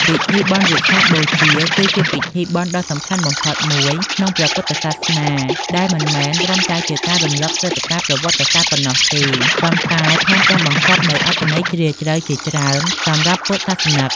ពិធីបុណ្យវិសាខបូជា គឺជាពិធីបុណ្យដ៏សំខាន់បំផុតមួយក្នុងព្រះពុទ្ធសាសនា ដែលមិនមែនត្រឹមតែជាការរំលឹកព្រឹត្តិការណ៍ប្រវត្តិសាស្ត្រប៉ុណ្ណោះទេ ប៉ុន្តែថែមទាំងបង្កប់នូវអត្ថន័យជ្រាលជ្រៅជាច្រើនសម្រាប់ពុទ្ធសាសនិកជន។